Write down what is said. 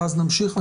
ואז נמשיך,